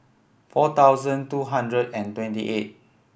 four thousand two hundred and twenty eight